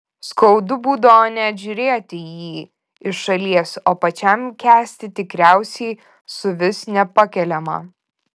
skaudu būdavo net žiūrėti į jį iš šalies o pačiam kęsti tikriausiai suvis nepakeliama